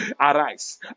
arise